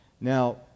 Now